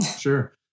sure